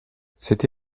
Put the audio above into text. cette